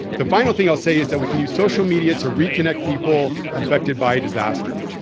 the final thing i'll say is that we can use social media to reconnect people affected by disaster.